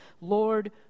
Lord